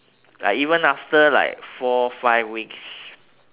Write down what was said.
like even after like four five weeks